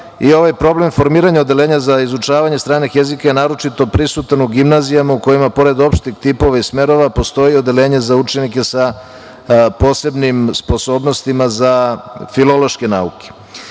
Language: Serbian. Ovaj problem formiranja odeljenja za izučavanja stranih jezika je naročito prisutan u gimnazijama u kojima pored opšteg tipova i smerova postoji odeljenje za učenike sa posebnim sposobnostima za filološke nauke.